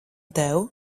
tev